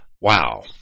Wow